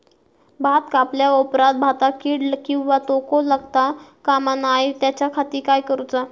भात कापल्या ऑप्रात भाताक कीड किंवा तोको लगता काम नाय त्याच्या खाती काय करुचा?